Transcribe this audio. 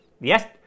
Yes